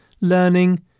learning